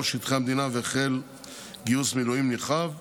שטחי המדינה והחל גיוס מילואים נרחב,